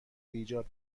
ایجاد